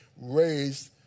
raised